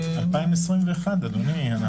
2021, אדוני.